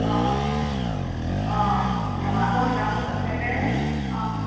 অঁ অঁ অঁ আকৌ সেই গামোচা চেলেং অঁ